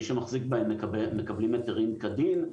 מי שמחזיק בהם מקבלים היתרים כדין.